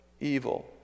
evil